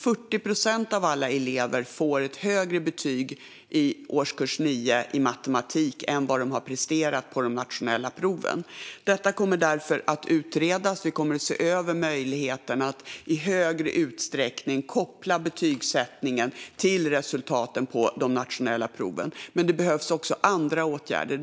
40 procent av alla elever får ett högre betyg i årskurs 9 i matematik än vad de har presterat på de nationella proven. Detta kommer att utredas, och vi kommer att se över möjligheten att i större utsträckning koppla betygsättningen till resultaten på de nationella proven. Men det behövs också andra åtgärder.